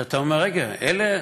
שאתה אומר: רגע, אלה,